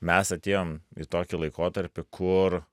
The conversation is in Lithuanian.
mes atėjom į tokį laikotarpį kur